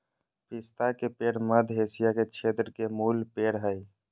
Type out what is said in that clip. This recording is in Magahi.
पिस्ता के पेड़ मध्य एशिया के क्षेत्र के मूल पेड़ हइ